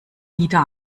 wieder